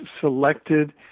selected